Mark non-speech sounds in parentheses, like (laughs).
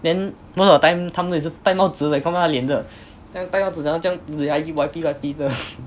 then most of the time 他们也是带帽子的看不到脸的他们带帽子也是这样 Y_P Y_P 的 (laughs)